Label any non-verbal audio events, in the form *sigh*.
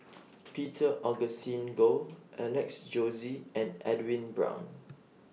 *noise* Peter Augustine Goh Alex Josey and Edwin Brown